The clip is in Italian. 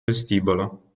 vestibolo